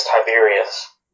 Tiberius